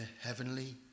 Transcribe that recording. heavenly